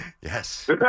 Yes